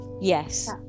yes